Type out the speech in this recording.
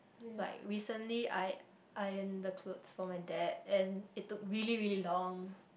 like recently I ironed the clothes for my dad and it took really really long